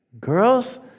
girls